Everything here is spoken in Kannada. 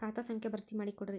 ಖಾತಾ ಸಂಖ್ಯಾ ಭರ್ತಿ ಮಾಡಿಕೊಡ್ರಿ